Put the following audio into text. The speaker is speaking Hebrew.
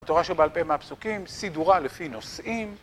תורה שבעל פה מהפסוקים, סידורה לפי נושאים